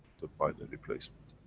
to find a replacement.